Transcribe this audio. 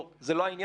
לא, זה לא העניין.